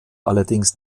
allerdings